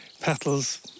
petals